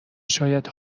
شاید